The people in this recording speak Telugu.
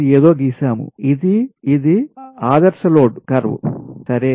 ఇది ఏదో గీసాము ఇది ఇది ఆదర్శ లోడ్ కర్వ్ సరే